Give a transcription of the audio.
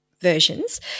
versions